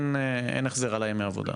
אין החזר על ימי העבודה?